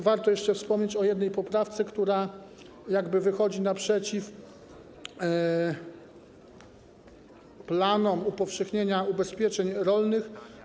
Warto jeszcze wspomnieć o jednej poprawce, która wychodzi naprzeciw planom upowszechnienia ubezpieczeń rolnych.